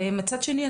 ומצד שני,